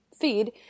feed